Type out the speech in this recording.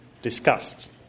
discussed